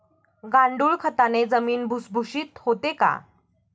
गांडूळ खताने जमीन भुसभुशीत होते का?